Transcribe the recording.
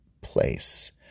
place